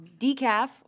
Decaf